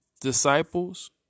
disciples